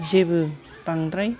जेबो बांद्राय